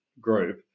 group